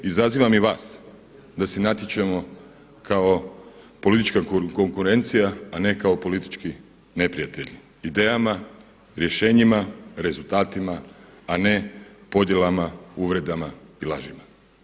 Izazivam i vas da se natječemo kao politička konkurencija, a ne kao politički neprijatelj idejama, rješenjima, rezultatima, a ne podjelama, uvredama i lažima.